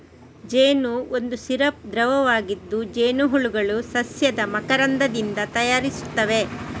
ಜೇನು ಒಂದು ಸಿರಪ್ ದ್ರವವಾಗಿದ್ದು, ಜೇನುಹುಳುಗಳು ಸಸ್ಯದ ಮಕರಂದದಿಂದ ತಯಾರಿಸುತ್ತವೆ